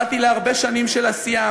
באתי להרבה שנים של עשייה,